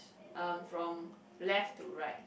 um from left to right